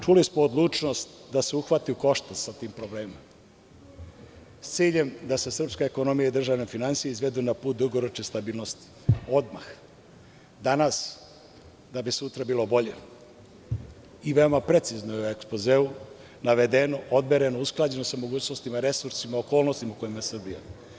Čuli smo odlučnost da se uhvati u koštac sa tim problemima sa ciljem da se srpska ekonomija i državne finansije izvedu na put dugoročne stabilnosti odmah danas da bi sutra bilo bolje i veoma precizno je u ekspozeu navedeno, odmereno, usklađeno sa mogućnostima resursa, okolnostima u kojima je Srbija.